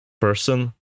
person